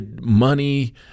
money